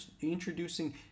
introducing